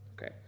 Okay